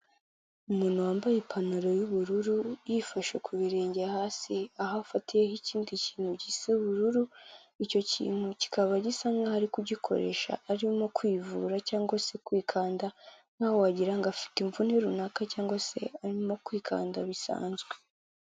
Umuntu wambaye ipantaro y'ubururu yifashe ku birenge hasi aho afatiyeho ikindi kintu gisa ubururu, icyo kintu kikaba gisa nkaho ari kugikoresha arimo kwivura cyangwa se kwikanda, nkaho wagirango afite imvune runaka cyangwa se arimo kwikanda bisanzwe.